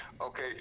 Okay